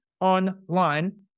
online